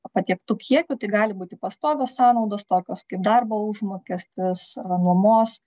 patiektu kiekiu tai gali būti pastovios sąnaudos tokios kaip darbo užmokestis nuomos